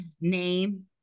name